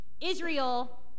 Israel